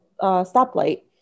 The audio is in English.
stoplight